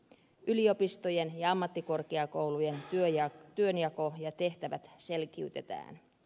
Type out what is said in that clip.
yliopistojen ja ammattikorkeakoulujen työnjako ja tehtävät selkiytetään